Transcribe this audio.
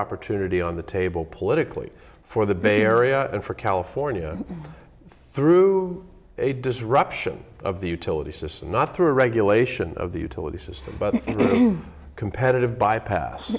opportunity on the table politically for the bay area and for california through a disruption of the utility system not through regulation of the utility system but competitive by pas